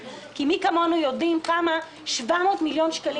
כי מי כמונו יודע מה 700 מיליון שקלים